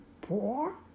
poor